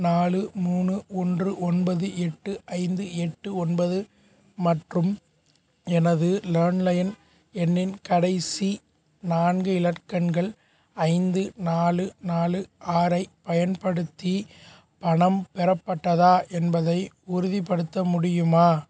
நாலு மூணு ஒன்று ஒன்பது எட்டு ஐந்து எட்டு ஒன்பது மற்றும் எனது லேண்ட்லைன் எண்ணின் கடைசி நான்கு இலக்கங்கள் ஐந்து நாலு நாலு ஆறைப் பயன்படுத்தி பணம் பெறப்பட்டதா என்பதை உறுதிப்படுத்த முடியுமா